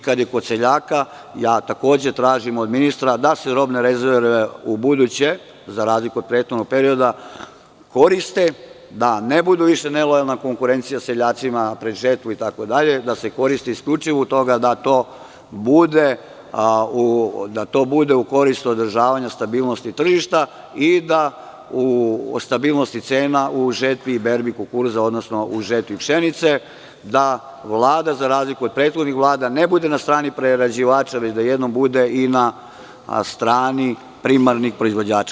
Kada smo kod seljaka, takođe tražim od ministra da se robne rezerve ubuduće, za razliku od prethodnog perioda, koriste da ne budu više nelojalna konkurencija seljacima pred žetvu itd, da se koristi isključivo da to bude u korist održavanja stabilnosti tržišta i stabilnosti cena u žetvi i berbi kukuruza, odnosno u žetvi pšenice, da Vlada za razliku od prethodnih vlada ne bude na strani prerađivača, već da jednom bude i na strani primarnih proizvođača.